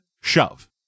shove